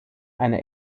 eine